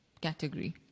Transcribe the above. category